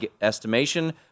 estimation